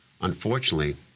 Unfortunately